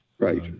Right